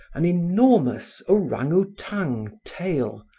an enormous orang-outang tail,